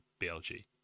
BLG